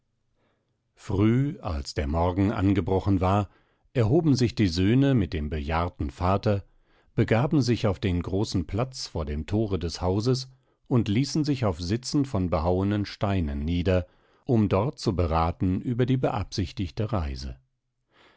früh als der morgen angebrochen war erhoben sich die söhne mit dem bejahrten vater begaben sich auf den großen platz vor dem thore des hauses und ließen sich auf sitzen von behauenen steinen nieder um dort zu beraten über die beabsichtigte reise